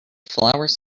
flowers